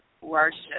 worship